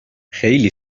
خیلی